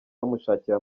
bamushakira